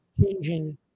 changing